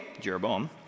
Jeroboam